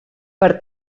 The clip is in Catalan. per